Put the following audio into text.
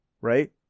right